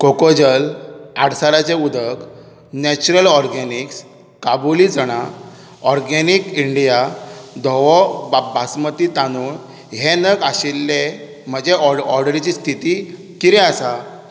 कोकोजल आडसराचें उदक Natureland Organics काबुली चना ऑरगॅनिक इंडिया धवो बासमती तांदूळ हे नग आशिल्ले म्हजे ऑर्डरीची स्थिती कितें आसा